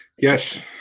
Yes